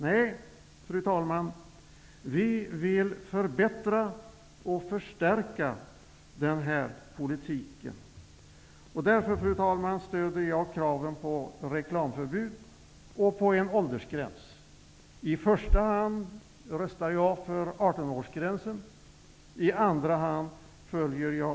Nej, vi vill förbättra och förstärka politiken på detta område. Därför, fru talman, stöder jag kraven på reklamförbud och på en åldersgräns. I första hand röstar jag för 18-årsgränsen. I andra hand följer jag